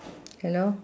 hello